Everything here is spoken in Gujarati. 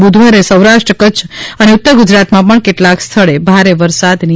બુધવારે સૌરાષ્ટ્ર કચ્છ અને ઉત્તર ગુજરાતમાં પણ કેટલાક સ્થળે ભારે વરસાદની આગાહી